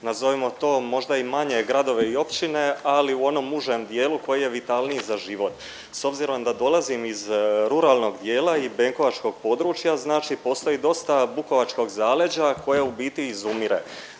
nazovimo to možda i manje gradove i općine, ali u onom užem dijelu koji je vitalniji za život. S obzirom da dolazim iz ruralnog dijela i benkovačkog područja, znači postoji dosta bukovačkog zaleđa koje u biti izumire.